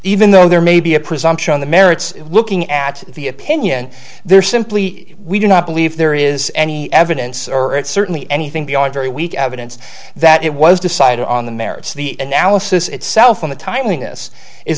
even though there may be a presumption on the merits looking at the opinion there simply we do not believe there is any evidence or it certainly anything beyond very weak evidence that it was decided on the merits the analysis itself on the timing this is